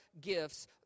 gifts